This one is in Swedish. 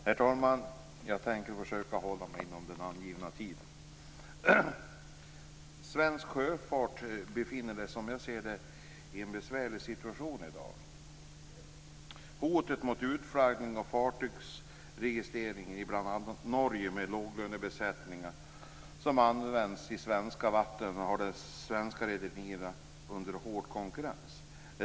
Herr talman! Jag tänker försöka att hålla mig inom den angivna taletiden. Svensk sjöfart befinner sig som jag ser det i dag i en besvärlig situation. Hotet mot utflaggning av fartygsregistrering till bl.a. Norge med låglönebesättningar som används i svenska vatten har satt de svenska rederierna under hård konkurrens.